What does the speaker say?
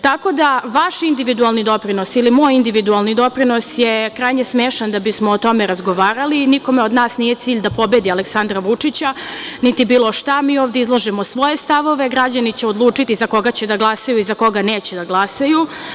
Tako da, vaš individualni doprinos ili moj individualni doprinos je krajnje smešan da bismo o tome razgovarali i nikome od nas nije cilj da pobedi Aleksandra Vučića, niti bilo šta, mi ovde izlažemo svoje stavove, građani će odlučiti za koga će da glasaju i za koga neće da glasaju.